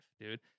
dude